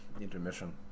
Intermission